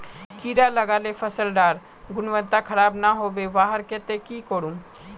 कीड़ा लगाले फसल डार गुणवत्ता खराब ना होबे वहार केते की करूम?